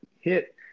hit